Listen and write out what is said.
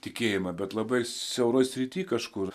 tikėjimą bet labai siaurą sritį kažkur